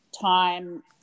time